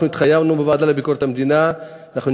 אנחנו בוועדה לביקורת המדינה התחייבנו שאנחנו